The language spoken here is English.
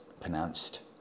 pronounced